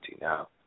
now